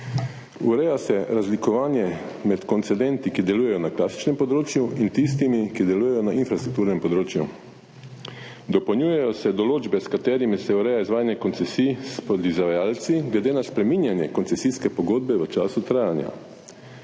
Ureja se razlikovanje med koncedenti, ki delujejo na klasičnem področju, in tistimi, ki delujejo na infrastrukturnem področju. Dopolnjujejo se določbe, s katerimi se ureja izvajanje koncesij s podizvajalci glede na spreminjanje koncesijske pogodbe v času trajanja.